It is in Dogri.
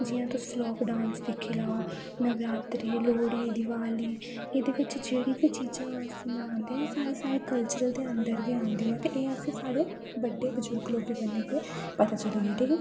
जियां तुस फलोक डांस दिक्खी लाओ नवरात्रे लोह्ड़ी दिवाली एह्दे च जेह्ड़ी बी चीजां अस मनांदे न एह् सारी साढ़े कल्चर दे अंदर गे आंदियां न ते एह् असेंई साढ़े बड्डे बुजुर्ग लोके कन्नै गे पता चलिदियां न ठीक ऐ